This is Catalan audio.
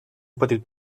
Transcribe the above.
petit